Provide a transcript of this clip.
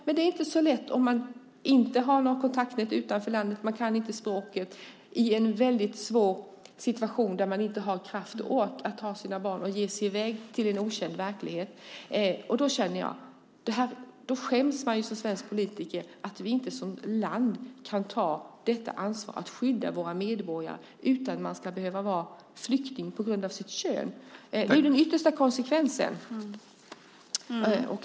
Nej, det är inte så lätt om man inte har något kontaktnät utanför landet, om man inte kan språket i en väldigt svår situation där man inte har kraft och ork att ta sina barn och ge sig i väg till en okänd verklighet. Då känner jag som svensk politiker att jag skäms för att vi som land inte kan ta detta ansvar att skydda våra medborgare, utan man ska behöva vara flykting på grund av sitt kön. Det är den yttersta konsekvensen.